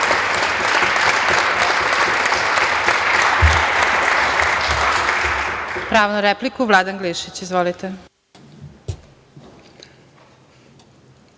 Pravo na repliku, Vladan Glišić. Izvolite.